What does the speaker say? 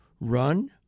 run